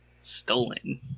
Stolen